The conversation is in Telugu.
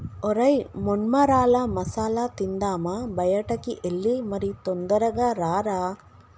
ఒరై మొన్మరాల మసాల తిందామా బయటికి ఎల్లి మరి తొందరగా రారా